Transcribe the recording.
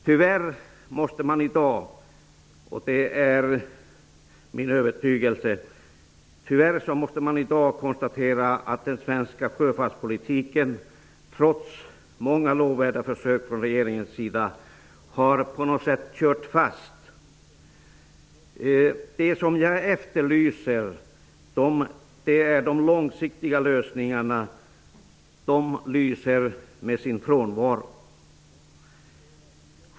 Tyvärr är jag övertygad om att man i dag måste konstatera att den svenska sjöfartspolitiken trots många lovvärda försök från regeringens sida kört fast. Jag efterlyser de långsiktiga lösningarna. De lyser med sin frånvaro.